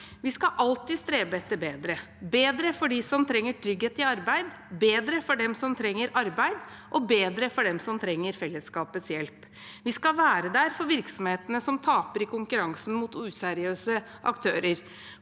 Vi skal alltid strebe etter det som er bedre – bedre for dem som trenger trygghet i arbeid, bedre for dem som trenger arbeid, og bedre for dem som trenger fellesskapets hjelp. Vi skal være der for virksomhetene som taper i konkurransen mot useriøse aktører,